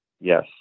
Yes